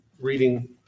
reading